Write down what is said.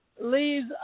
leaves